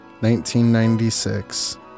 1996